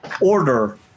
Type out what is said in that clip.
order